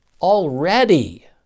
already